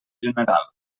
general